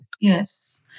Yes